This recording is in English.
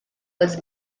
was